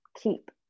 keep